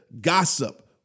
gossip